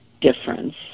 difference